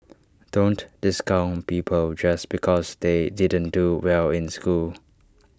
don't discount people just because they didn't do well in school